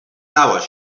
نباش